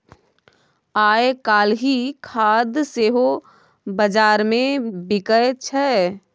आयकाल्हि खाद सेहो बजारमे बिकय छै